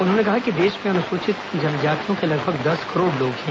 उन्होंने कहा कि देश में अनुसूचित जनजातियों के लगभग दस करोड़ लोग हैं